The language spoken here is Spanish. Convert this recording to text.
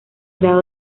grado